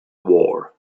war